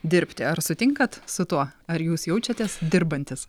dirbti ar sutinkat su tuo ar jūs jaučiatės dirbantis